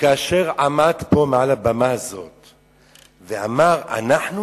כאשר עמד פה על הבמה הזאת ואמר, אנחנו